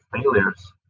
failures